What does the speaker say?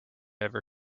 ever